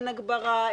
אין הגברה,